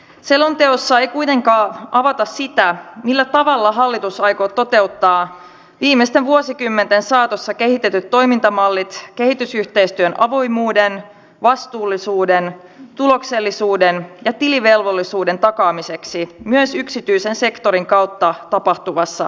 selonteossa ei kuitenkaan avata sitä millä tavalla hallitus aikoo toteuttaa viimeisten vuosikymmenten saatossa kehitetyt toimintamallit kehitysyhteistyön avoimuuden vastuullisuuden tuloksellisuuden ja tilivelvollisuuden takaamiseksi myös yksityisen sektorin kautta tapahtuvassa kehitysyhteistyössä